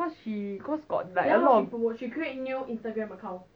cause she cause got like a lot of